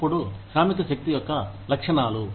అప్పుడు శ్రామిక శక్తి యొక్క లక్షణాలు